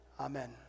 Amen